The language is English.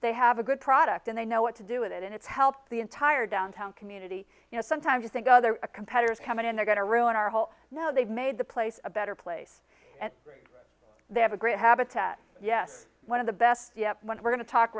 they have a good product and they know what to do with it and it's helped the entire downtown community you know sometimes i think other competitors coming in they're going to ruin our whole know they've made the place a better place and they have a great habitat yes one of the best yet when we're going t